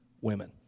women